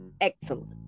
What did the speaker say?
excellent